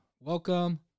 Welcome